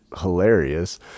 hilarious